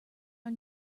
are